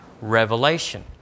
revelation